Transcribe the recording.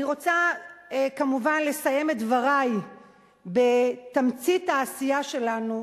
אני רוצה כמובן לסיים את דברי בתמצית העשייה שלנו,